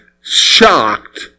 shocked